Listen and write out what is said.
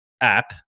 app